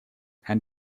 and